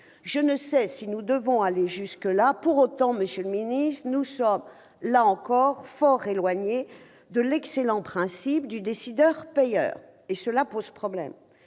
Je ne sais si nous devons aller jusque-là. Pour autant, monsieur le secrétaire d'État, nous sommes encore fort éloignés de l'excellent principe du décideur-payeur, et cela pose problème.